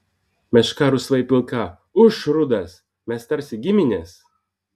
meška rusvai pilka ūš rudas mes tarsi giminės